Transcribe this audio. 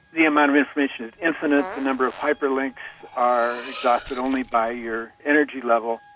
the amount of information is infinite, the number of hyperlinks are exhausted only by your energy level.